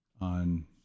on